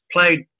Played